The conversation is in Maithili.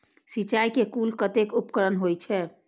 सिंचाई के कुल कतेक उपकरण होई छै?